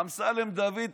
אמסלם דוד,